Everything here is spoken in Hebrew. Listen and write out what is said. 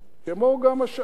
כמו גם השאר,